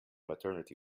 maternity